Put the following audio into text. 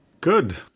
Good